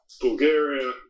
Bulgaria